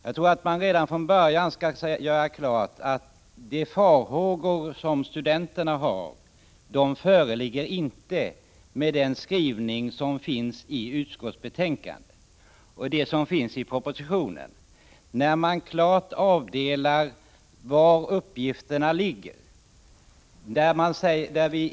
Jag tror att man redan från början kan göra klart att de farhågor som studenterna för fram inte föreligger med den skrivning som finns i utskottsbetänkandet och i propositionen. Där avdelas klart var uppgifterna ligger.